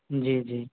جی جی